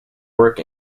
work